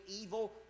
evil